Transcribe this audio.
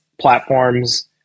platforms